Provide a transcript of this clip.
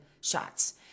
shots